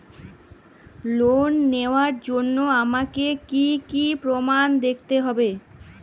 Loan নেওয়ার জন্য আমাকে কী কী প্রমাণ দেখতে হবে?